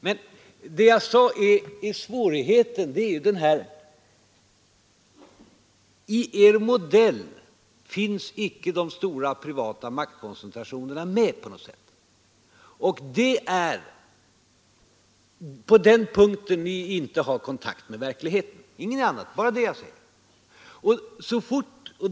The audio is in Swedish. Jag framhöll att svårigheten är att de stora privata maktkoncentrationerna inte finns med i er modell, och det är på den punkten ni inte har kontakt med verkligheten, bara den punkten nämnde jag.